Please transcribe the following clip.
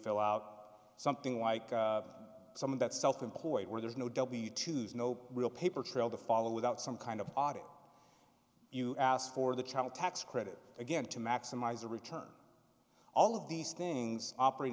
fill out something like some of that self employed where there's no w tos no real paper trail to follow without some kind of audit you asked for the child tax credit again to maximize the return all of these things operate